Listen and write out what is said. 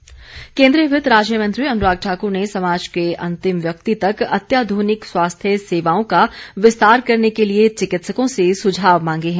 अनुराग ठाकुर केन्द्रीय वित्त राज्य मंत्री अनुराग ठाकुर ने समाज के अंतिम व्यक्ति तक अत्याधुनिक स्वास्थ्य सेवाओं का विस्तार करने के लिए चिकित्सकों से सुझाव मांगे हैं